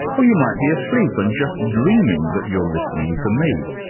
or you might be asleep and just dreaming that you're listening to me.